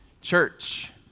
Church